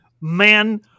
Man